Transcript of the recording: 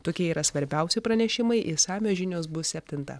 tokie yra svarbiausi pranešimai išsamios žinios bus septintą